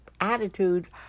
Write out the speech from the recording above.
attitudes